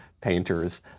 painters